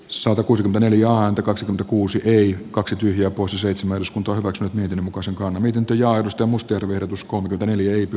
sota kuusikymmentä ja häntä kaksi kuusi riikkaksi tyhjiä poissa seitsemän osku torrokset miten muka sekaan liityntäjohdosta muster verotuskohde veneilijöitä